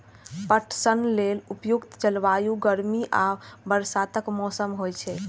पटसन लेल उपयुक्त जलवायु गर्मी आ बरसातक मौसम होइ छै